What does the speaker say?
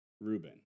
Rubin